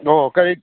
ꯑꯧ ꯀꯔꯤ